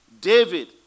David